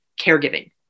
caregiving